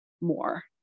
more